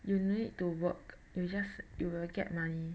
you no need to work then you just you will get money